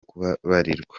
kubabarirwa